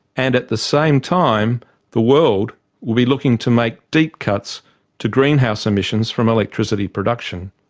and at the same time the world will be looking to make deep cuts to greenhouse emissions from electricity production.